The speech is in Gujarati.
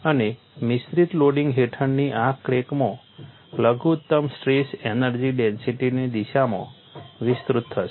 અને મિશ્રિત લોડિંગ હેઠળની આ ક્રેકમાં લઘુત્તમ સ્ટ્રેસ એનર્જી ડેન્સિટીની દિશામાં વિસ્તૃત થશે